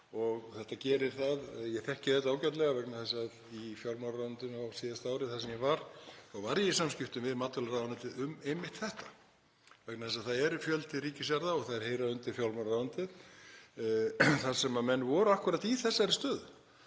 og það gerir það. Ég þekki þetta ágætlega vegna þess að í fjármálaráðuneytinu á síðasta ári, þar sem ég var, þá var ég í samskiptum við matvælaráðuneytið um einmitt þetta, vegna þess að það er fjöldi ríkisjarða, og þær heyra undir fjármálaráðuneytið, þar sem menn voru akkúrat í þessari stöðu